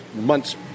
month's